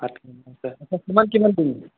ভাত কেৰেলা আছে কিমান কিমান দিম